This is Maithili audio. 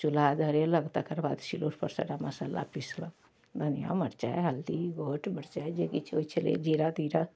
चुल्हा धरेलक तकर बाद सिलौठपर सबटा मसल्ला पिसलक धनियाँ मरचाइ हल्दी गोट मरचाइ जे किछु होइ छलै जीरा तीरा